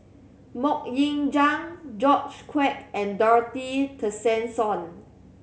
Mok Ying Jang George Quek and Dorothy Tessensohn